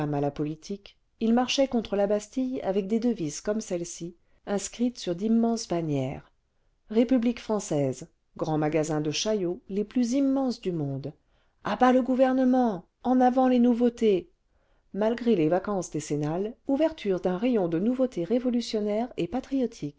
la politique ils marchaient contre la bastille avec des devises comme celles-ci inscrites sur d'immenses bannières république française grands magasins de chaillot les plus immenses du monde a bas le gouvernement en avant les nouveautés malgré les vacances décennales ouverture d'un rayon de nouveautés révolutionnaires et patriotiques